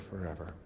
forever